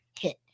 hit